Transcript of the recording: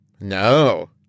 No